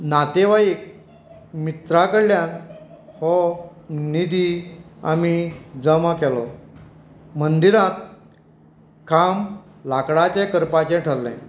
नातेवाईक मित्रा कडल्यान हो निधी आमी जमा केलो मंदिरांत काम लांकडाचें करपाचें ठरलें